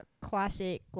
classic